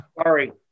sorry